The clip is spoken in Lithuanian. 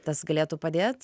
tas galėtų padėt